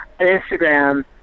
Instagram